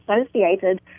associated